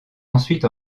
ensuite